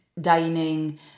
dining